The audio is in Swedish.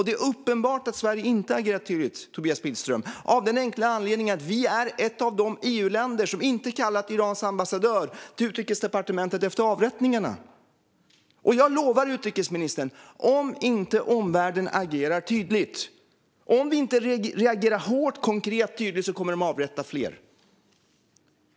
Det är uppenbart att Sverige inte agerar tydligt, Tobias Billström, av den enkla anledningen att vi är ett av de EU-länder som inte har kallat Irans ambassadör till Utrikesdepartementet efter avrättningarna. Jag lovar utrikesministern att om omvärlden inte agerar tydligt - om vi inte reagerar hårt, konkret och tydligt - kommer de att avrätta fler.